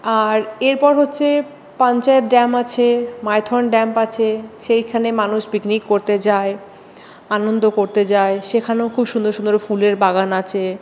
আর এরপর হচ্ছে পঞ্চায়েত ড্যাম আছে মাইথন ড্যাম আছে সেইখানে মানুষ পিকনিক করতে যায় আনন্দ করতে যায় সেখানেও খুব সুন্দর সুন্দর ফুলের বাগান আছে